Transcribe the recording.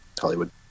Hollywood